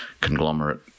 conglomerate